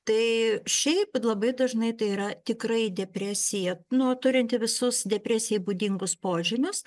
tai šiaip labai dažnai tai yra tikrai depresija nu turinti visus depresijai būdingus požymius